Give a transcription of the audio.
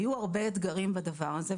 היו הרבה אתגרים בדבר הזה,